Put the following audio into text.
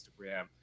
Instagram